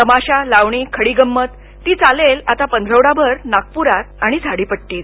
तमाशा लावणी खडी गंमत ती चालेल आता पंधरवडाभर नागपुरात आणि झाडीपट्टीत